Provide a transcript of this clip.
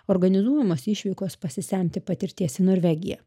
organizuojamos išvykos pasisemti patirties į norvegiją